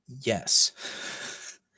yes